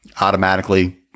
automatically